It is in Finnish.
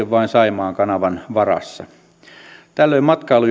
vain saimaan kanavan varassa tällöin matkailu